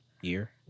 year